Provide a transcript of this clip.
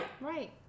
Right